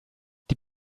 die